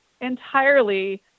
entirely